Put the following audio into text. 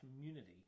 community